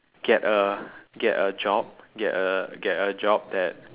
get a get a job get a get a job that